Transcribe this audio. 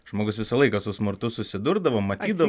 žmogus visą laiką su smurtu susidurdavo matydavo